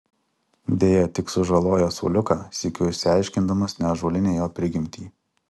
deja tik sužaloja suoliuką sykiu išsiaiškindamas neąžuolinę jo prigimtį